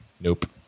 nope